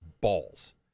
balls